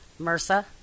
MRSA